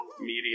media